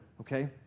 okay